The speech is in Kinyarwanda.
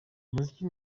umuziki